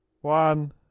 One